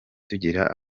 tugira